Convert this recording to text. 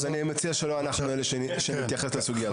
אני מציע שלא אנחנו נתייחס לסוגיה הזאת.